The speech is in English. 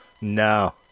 No